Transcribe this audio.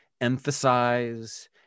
emphasize